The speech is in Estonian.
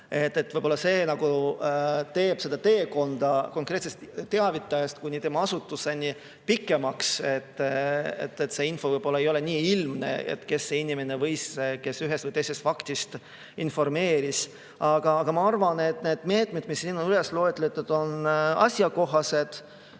Võib-olla see teeb teekonna konkreetsest teavitajast kuni tema asutuseni pikemaks, võib-olla ei ole nii ilmne, kes oli see inimene, kes ühest või teisest faktist informeeris. Aga ma arvan, et need meetmed, mis siin on üles loetletud, on asjakohased